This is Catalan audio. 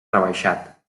rebaixat